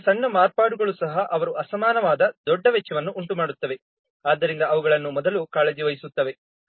ಆದ್ದರಿಂದ ಸಣ್ಣ ಮಾರ್ಪಾಡುಗಳು ಸಹ ಅವರು ಅಸಮಾನವಾದ ದೊಡ್ಡ ವೆಚ್ಚವನ್ನು ಉಂಟುಮಾಡುತ್ತವೆ ಆದ್ದರಿಂದ ಅವುಗಳನ್ನು ಮೊದಲು ಕಾಳಜಿ ವಹಿಸುತ್ತವೆ